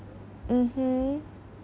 mmhmm